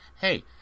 hey